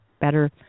better